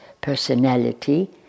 personality